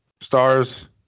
stars